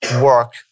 work